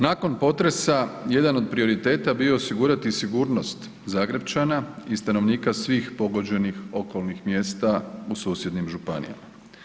Nakon potresa jedan od prioriteta bio je osigurati sigurnost Zagrepčana i stanovnika svih pogođenih okolnih mjesta u susjednim županijama.